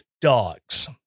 dogs